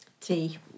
Tea